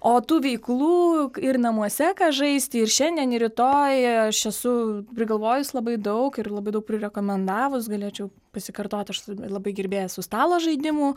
o tų veiklų ir namuose ką žaisti ir šiandien ir rytoj aš esu prigalvojus labai daug ir labai daug prirekomendavus galėčiau pasikartot aš esu labai gerbėja esu stalo žaidimų